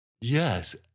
Yes